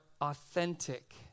authentic